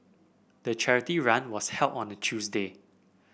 the charity run was held on a Tuesday